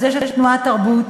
יש תנועת "תרבות",